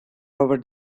over